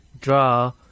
draw